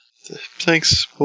Thanks